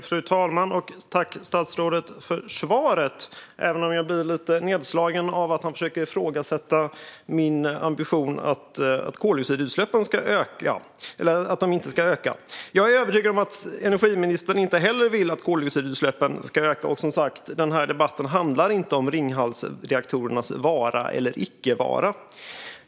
Fru talman! Jag tackar statsrådet för svaret, även om jag blir lite nedslagen av att han försöker ifrågasätta min ambition att koldioxidutsläppen inte ska öka. Jag är övertygad om att energiministern inte heller vill att koldioxidutsläppen ska öka. Denna debatt handlar som sagt inte om Ringhalsreaktorernas vara eller icke-vara.